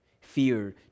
fear